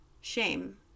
shame